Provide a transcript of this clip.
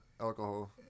alcohol